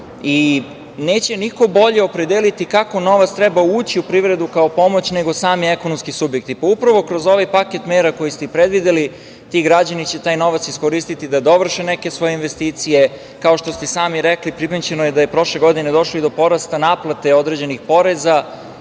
i neće niko bolje opredeliti kako novac treba ući u privredu kao pomoć nego sami ekonomski subjekti. Upravo kroz ovaj paket mera koje ste i predvideli ti građani će taj novac koristiti da dovrše neke svoje investicije. Kao što ste i sami rekli, primećeno je da je prošle godine došlo do porasta naplate određenih poreza,